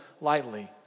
lightly